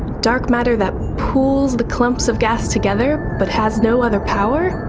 dark matter that pools the clumps of gas together but has no other power?